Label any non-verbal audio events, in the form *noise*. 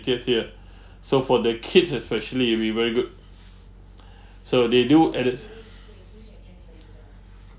year so for the kids especially it'll be very good *breath* so they do at its *breath*